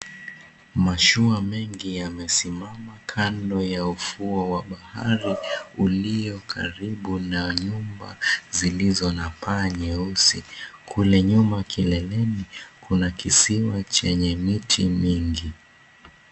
Mashua mengi yamesimama kando ya ufuo wa bahari ulio karibu na nyumba zilizo na paa nyeusi. Kule nyuma kileleni kuna kisima chenye miti mingi.